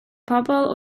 pobl